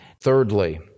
Thirdly